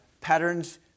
patterns